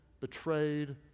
betrayed